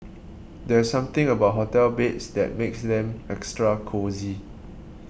there's something about hotel beds that makes them extra cosy